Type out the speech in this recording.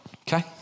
Okay